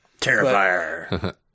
Terrifier